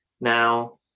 now